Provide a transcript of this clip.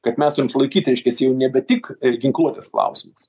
kad mes turim išlaikyti reiškias jau nebe tik ir ginkluotės klausimas